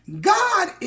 God